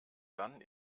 dann